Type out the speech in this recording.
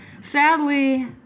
sadly